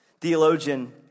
Theologian